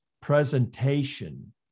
presentation